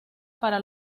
para